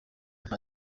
nta